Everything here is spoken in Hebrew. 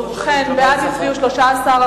ובכן, בעד הצביעו 13,